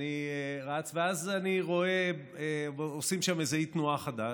ואז אני רואה שעושים שם אי-תנועה חדש,